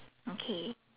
okay